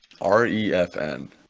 R-E-F-N